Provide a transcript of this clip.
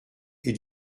est